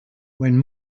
when